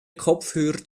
kopfhörer